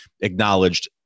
acknowledged